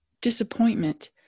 disappointment